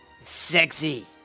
Sexy